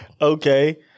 Okay